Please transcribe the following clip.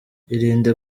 irinde